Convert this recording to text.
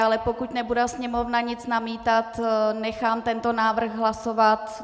Ale pokud nebude Sněmovna nic namítat, nechám tento návrh hlasovat.